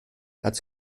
als